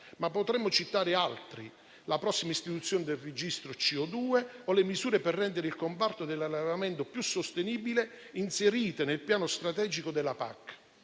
ma potremmo citarne altri quali la prossima istituzione del registro CO2 o le misure per rendere il comparto dell'allevamento più sostenibile inserite nel piano strategico della PAC.